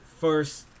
first